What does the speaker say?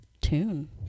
tune